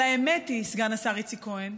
אבל האמת היא, סגן השר איציק כהן,